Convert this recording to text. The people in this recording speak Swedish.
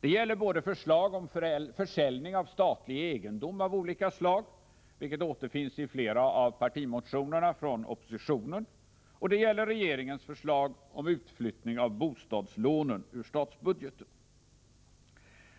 Det gäller både förslag om försäljning av statlig egendom av olika slag, vilket återfinns i flera av partimotionerna från oppositionen, och regeringens förslag om utflyttning av bostadslånen ur statsbudgeten.